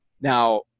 Now